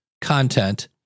content